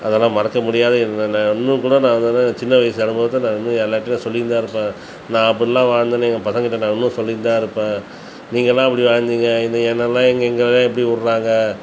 அதெல்லாம் மறக்க முடியாத இதை நான் இன்னும் கூட நான் அதை தான் சின்ன வயசு அனுபவத்தை நான் இன்னும் எல்லார்ட்டையும் சொல்லின்னு தான் இருப்பேன் நான் அப்படிலாம் வாழ்ந்தேன்னு எங்கள் பசங்கள்கிட்ட நான் இன்னும் சொல்லிகிட்டு தான் இருப்பேன் நீங்கள்லாம் அப்படி வாழ்ந்தீங்க இதே என்னலாம் எங்கங்கவோ எப்படி விட்றாங்க